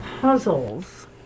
puzzles